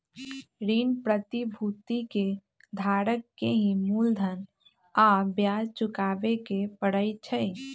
ऋण प्रतिभूति के धारक के ही मूलधन आ ब्याज चुकावे के परई छई